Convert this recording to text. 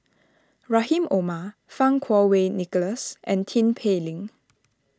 Rahim Omar Fang Kuo Wei Nicholas and Tin Pei Ling